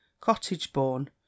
cottage-born